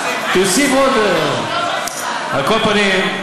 על כל פנים,